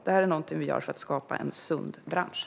Det här gör vi för att skapa en sund bransch.